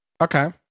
Okay